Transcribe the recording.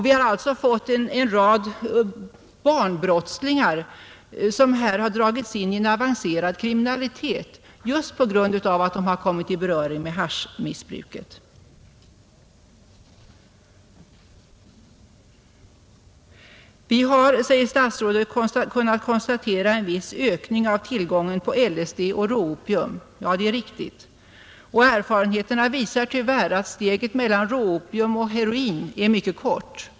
Vi har fått en rad barnbrottslingar som dragits in i avancerad kriminalitet på grund av att de kommit i beröring med haschmissbruket. Vi har, säger statsrådet, kunnat konstatera en viss ökning av tillgången på LSD och råopium. Det är riktigt. Och erfarenheterna visar tyvärr att steget mellan råopium och heroin är mycket kort.